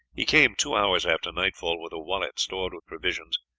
he came two hours after nightfall with a wallet stored with provisions,